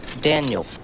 Daniel